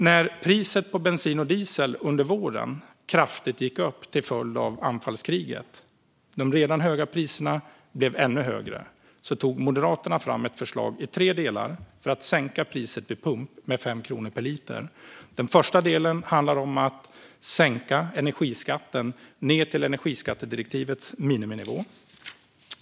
När priset på bensin och diesel gick upp kraftigt under våren till följd av anfallskriget och de redan höga priserna blev ännu högre tog Moderaterna fram ett förslag i tre delar för att sänka priset vid pump med 5 kronor per liter. Den första delen handlar om att sänka energiskatten ned till energiskattedirektivets miniminivå.